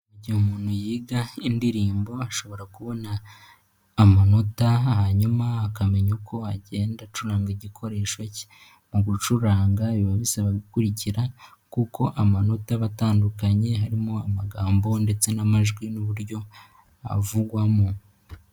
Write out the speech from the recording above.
Igihe umuntu yiga indirimbo ashobora kubona amanota. Hanyuma akamenya uko agenda acuranga igikoresho ke. Mu gucuranga biba bisaba gukurikira kuko amanota atandukanye, harimo amagambo ndetse n'amajwi n'uburyo avugwamo.